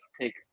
take